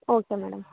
okay madam